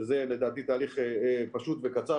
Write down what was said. שזה לדעתי תהליך פשוט וקצר.